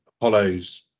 Apollo's